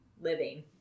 living